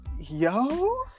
Yo